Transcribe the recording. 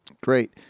Great